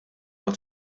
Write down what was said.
għat